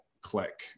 click